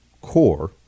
core